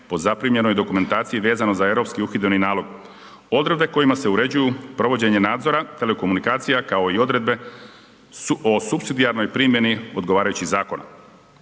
po zaprimljenoj dokumentaciji vezano za Europski uhidbeni nalog. Odredbe kojima se uređuju provođenje nadzora telekomunikacija, kao i odredbe o supsidijarnoj primjeni odgovarajućih zakona.